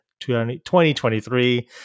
2023